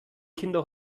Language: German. kinder